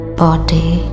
body